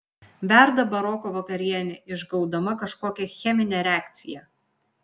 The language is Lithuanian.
verda baroko vakarienė išgaudama kažkokią cheminę reakciją